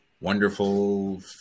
wonderful